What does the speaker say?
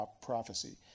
prophecy